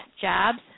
JOBS